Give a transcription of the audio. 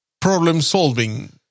problem-solving